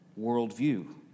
worldview